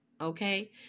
Okay